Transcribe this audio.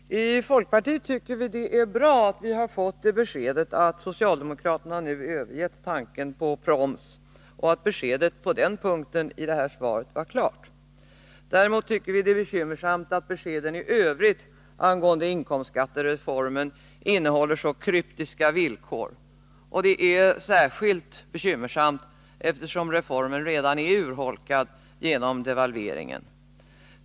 Herr talman! I folkpartiet tycker vi att det är bra att vi har fått beskedet att socialdemokraterna nu övergett tanken på proms och att beskedet i det här svaret på den punkten var klart. Däremot tycker vi att det är bekymmersamt att beskeden i övrigt angående inkomstskattereformen innehåller så kryptiska villkor. Det är särskilt bekymmersamt eftersom reformen redan är urholkad genom devalveringen.